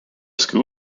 school